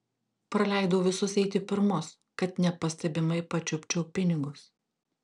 praleidau visus eiti pirmus kad nepastebimai pačiupčiau pinigus